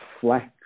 flex